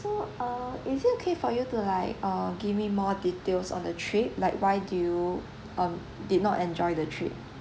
so uh is it okay for you to like uh give me more details on the trip like why do you um did not enjoy the trip